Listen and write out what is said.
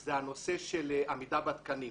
זה הנושא של עמידה בתקנים.